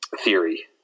theory